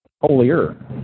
holier